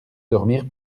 dormir